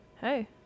Hey